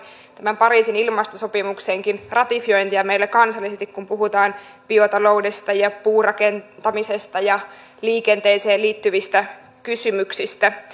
tämän pariisin ilmastosopimuksenkin ratifiointia meillä kansallisesti kun puhutaan biotaloudesta ja puurakentamisesta ja liikenteeseen liittyvistä kysymyksistä